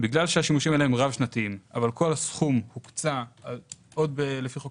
בגלל שהשימושים האלה רב-שנתיים אבל כל הסכום הוקצה עוד לפי חוק